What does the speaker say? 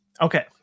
Okay